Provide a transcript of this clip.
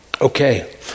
Okay